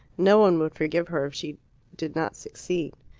no one would forgive her if she did not succeed.